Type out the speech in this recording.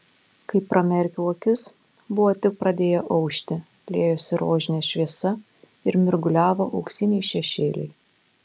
kai pramerkiau akis buvo tik pradėję aušti liejosi rožinė šviesa ir mirguliavo auksiniai šešėliai